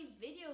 video